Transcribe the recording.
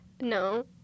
No